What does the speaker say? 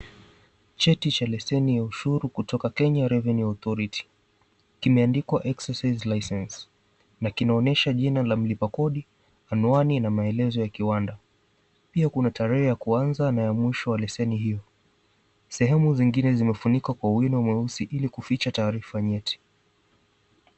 Cheti cha leseni ya ushuru kutoka Kenya Revenue Authority, kimeandikwa, "Exercise License," na kinaonyesha jina la mlipa kodi, anwani na maelezo ya kiwanda. Pia kuna tarehe ya kuanza na mwisho wa leseni hio. Sehemu zingine zimefunikwa kwa wino mweusi ili kuficha taarifa nyeti.